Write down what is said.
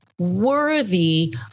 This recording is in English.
worthy